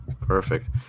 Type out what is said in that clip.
Perfect